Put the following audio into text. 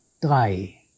drei